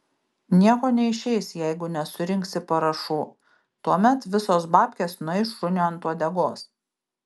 nieko neišeis jeigu nesurinksi parašų tuomet visos babkės nueis šuniui ant uodegos